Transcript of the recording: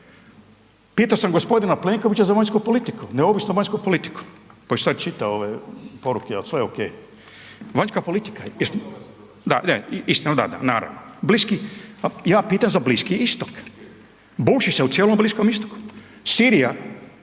Pitao sam gospodina Plenkovića za vanjsku politiku, neovisnu vanjsku politiku, koji sad čita ove poruke, je li sve ok, vanjska politika …/nerazumljivo/… Ja pitam za Bliski istok, buši se u cijelom Bliskom istoku.